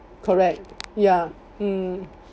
correct ya um